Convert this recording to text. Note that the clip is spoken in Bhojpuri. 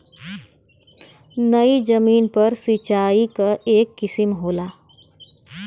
नयी जमीन पर सिंचाई क एक किसिम होला